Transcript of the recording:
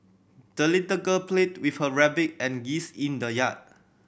the little girl played with her rabbit and geese in the yard